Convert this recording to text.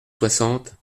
soixante